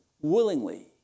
willingly